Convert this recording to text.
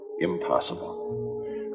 impossible